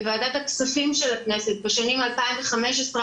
בוועדת הכספים של הכנסת בשנים 2015,